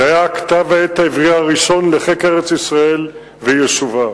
זה היה כתב-העת העברי הראשון לחקר ארץ-ישראל ויישובה.